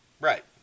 Right